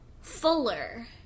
fuller